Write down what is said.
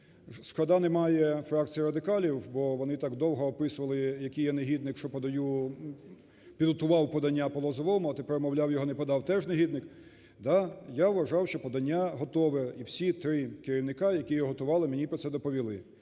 Шкода, немає фракції "радикалів", бо вони так довго описували, який я негідник, що подаю... підготував подання по Лозовому, а тепер, мовляв, його не подав – теж негідник. Да, я вважав, що подання готове і всі три керівника, які його готували, мені про це доповіли.